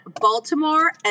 Baltimore